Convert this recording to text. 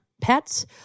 pets